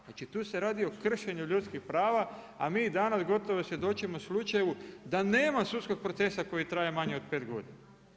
Znači tu se radi o kršenju ljudskih prava a mi danas gotovo svjedočimo slučaju da nema sudskog procesa koji traje manje od 5 godina.